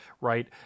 right